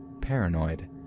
paranoid